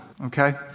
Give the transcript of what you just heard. okay